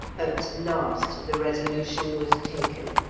at last the resolution was taken,